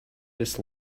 this